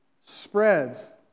spreads